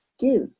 give